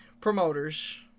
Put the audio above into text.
promoters